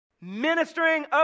Ministering